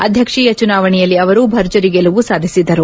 ಅಧ್ಯಕ್ಷೀಯ ಚುನಾವಣೆಯಲ್ಲಿ ಅವರು ಭರ್ಜರಿ ಗೆಲುವು ಸಾಧಿಸಿದರು